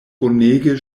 bonege